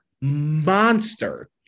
monster